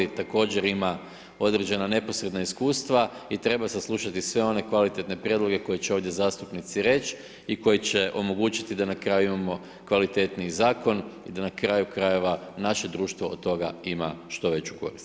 Također ima određena neposredna iskustva i treba saslušati sve one kvalitetne prijedloge koje će ovdje zastupnici reći i koji će omogućiti da na kraju imamo kvalitetniji zakon i da na kraju krajeva naše društvo od toga ima što veću korist.